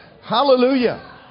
Hallelujah